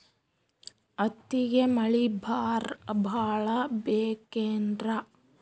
ಹತ್ತಿಗೆ ಮಳಿ ಭಾಳ ಬೇಕೆನ್ರ?